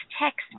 text